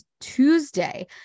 tuesday